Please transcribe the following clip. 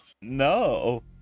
no